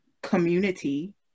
community